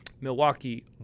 Milwaukee